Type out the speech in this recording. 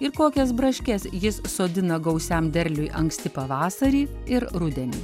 ir kokias braškes jis sodina gausiam derliui anksti pavasarį ir rudenį